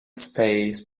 space